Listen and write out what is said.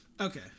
Okay